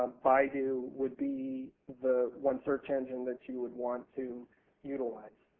um baidu would be the one search engine that you would want to utilize.